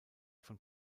von